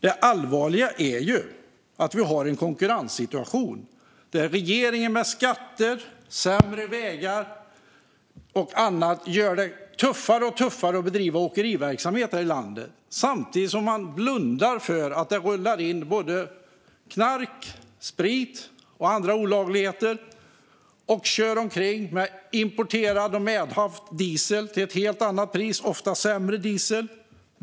Det allvarliga är att vi har en konkurrenssituation där regeringen med skatter, sämre vägar och annat gör det tuffare och tuffare att bedriva åkeriverksamhet här i landet samtidigt som man blundar för att det rullar in knark, sprit och andra olagligheter och att det körs omkring med importerad och medhavd, ofta sämre, diesel till ett helt annat pris.